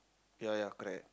ya ya correct